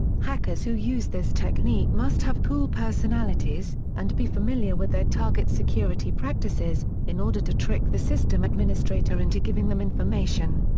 hackers who use this technique must have cool personalities, and be familiar with their target's security practices, in order to trick the system administrator into giving them information.